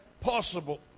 possible